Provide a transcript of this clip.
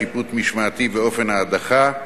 שיפוט משמעתי ואופן ההדחה,